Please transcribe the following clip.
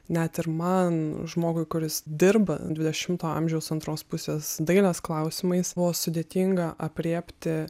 net ir man žmogui kuris dirba dvidešimto amžiaus antros pusės dailės klausimais buvo sudėtinga aprėpti